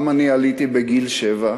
גם אני עליתי בגיל שבע.